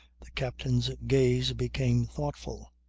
the captain's gaze became thoughtful.